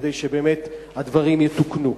כדי שבאמת הדברים יתוקנו?